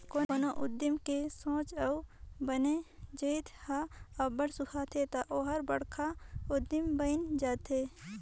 कोनो उद्यमी के सोंच अउ बने जाएत हर अब्बड़ सुहाथे ता ओहर बड़खा उद्यमी बइन जाथे